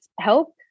help